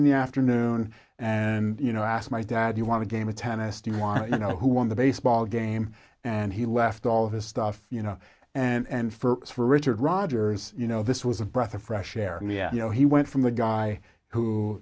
in the afternoon and you know i asked my dad you want a game of tennis do you want to know who won the baseball game and he left all of his stuff you know and for richard rogers you know this was a breath of fresh air you know he went from a guy who